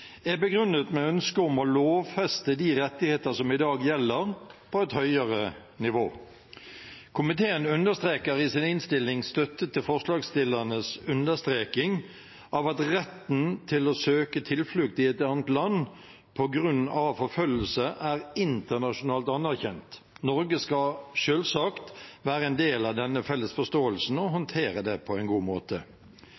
er begrunnet med et ønske om å lovfeste de rettighetene som i dag gjelder, på et høyere nivå. Komiteen understreker i sin innstilling støtte til forslagsstillernes understreking av at retten til å søke tilflukt i et annet land på grunn av forfølgelse er internasjonalt anerkjent. Norge skal selvsagt være en del av denne felles forståelsen og